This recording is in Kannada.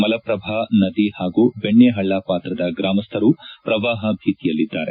ಮಲಪ್ರಭಾ ನದಿ ಹಾಗೂ ಬೆಣ್ಣೆಹಳ್ಳ ಪಾತ್ರದ ಗ್ರಾಮಸ್ಥರು ಪ್ರವಾಹ ಭೀತಿಯಲ್ಲಿದ್ದಾರೆ